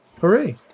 Hooray